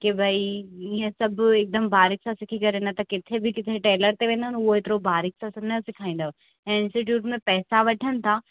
कि भाई इअं सभु एकदमि बारीक़ सां सिखी करे न त किथे बी किथे टेलर ते वेंदा न उहो एतिरो बारीक़ सां न सेखारींदव ऐं इंस्टीट्युट में पैसा वठनि था